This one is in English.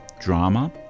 drama